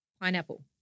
pineapple